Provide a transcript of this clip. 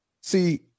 See